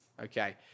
okay